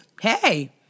hey